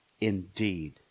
indeed